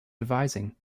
devising